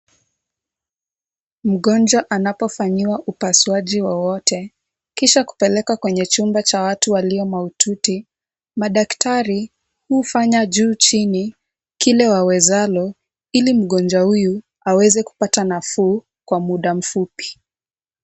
Mgonjwa anapofanyiwa upasuaji wowote kisha kupelekwa kwenye chumba cha watu walio mahututi madaktari hufanya juu chini kile wawezalo ili mgonjwa huyu aweze kupata nafuu kwa muda mfupi.